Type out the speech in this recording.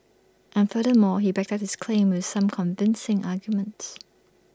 and furthermore he backed up his claim with some convincing arguments